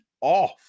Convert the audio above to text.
off